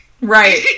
Right